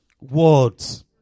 Words